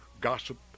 gossip